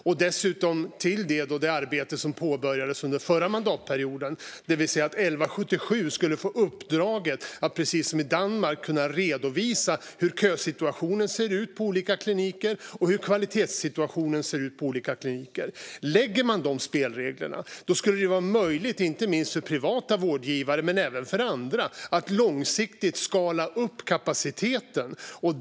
Till det kommer dessutom det arbete som påbörjades under förra mandatperioden, det vill säga att 1177 skulle få uppdraget att - precis som i Danmark - redovisa hur kösituationen och kvalitetssituationen ser ut på olika kliniker. Om man lade fast dessa spelregler skulle det ju vara möjligt inte minst för privata vårdgivare, men även för andra, att långsiktigt skala upp kapaciteten.